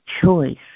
choice